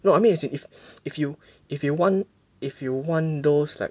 no I mean as in if if you if you if you want if you want those like